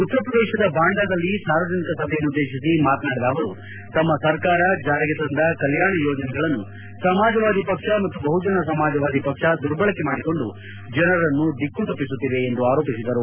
ಉತ್ತರ ಪ್ರದೇಶದ ಬಾಂಡಾದಲ್ಲಿ ಸಾರ್ವಜನಿಕ ಸಭೆಯನ್ನುದ್ಗೇಶಿಸಿ ಮಾತನಾಡಿದ ಅವರು ತಮ್ನ ಸರ್ಕಾರ ಜಾರಿಗೆ ತಂದ ಕಲ್ಲಾಣ ಯೋಜನೆಗಳನ್ನು ಸಮಾಜವಾದಿ ಪಕ್ಷ ಮತ್ತು ಬಹುಜನ ಸಮಾಜವಾದಿ ಪಕ್ಷ ದುರ್ಬಳಕೆ ಮಾಡಿಕೊಂಡು ಜನರನ್ನು ದಿಕ್ಕುತಪ್ಪಿಸುತ್ತಿವೆ ಎಂದು ಆರೋಪಿಸಿದರು